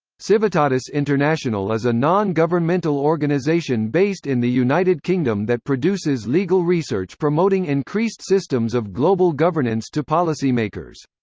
civitatis international is a non-governmental organization based in the united kingdom that produces legal research promoting increased systems of global governance to policymakers.